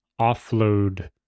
offload